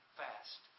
fast